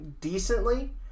decently